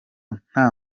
nta